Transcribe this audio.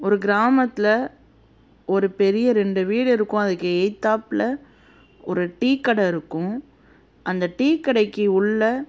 ஒரு கிராமத்தில் ஒரு பெரிய ரெண்டு வீடு இருக்கும் அதுக்கு எதுத்தாப்புல ஒரு டீக்கடை இருக்கும் அந்த டீக்கடைக்கு உள்ளே